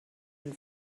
and